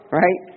right